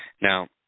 Now